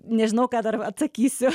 nežinau ką dar atsakysiu